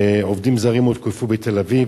עובדים זרים הותקפו בתל-אביב.